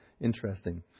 interesting